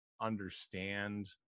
understand